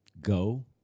go